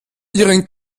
ihren